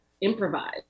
improvise